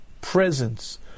presence